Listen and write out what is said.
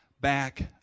back